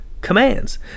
commands